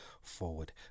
forward